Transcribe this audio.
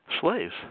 slaves